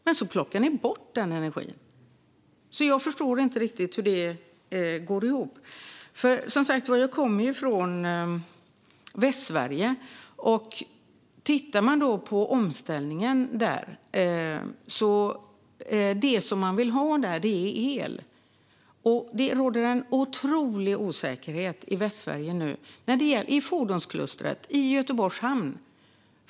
Och så plockar ni bort den energin! Jag förstår inte riktigt hur det går ihop. Jag kommer som sagt från Västsverige. När det gäller omställningen där är det el man vill ha, men det råder en otrolig osäkerhet i Västsverige nu - i fordonsklustret i Göteborgs hamn.